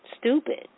stupid